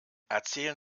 erzählen